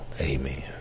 Amen